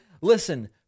listen